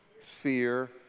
Fear